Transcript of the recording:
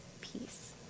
peace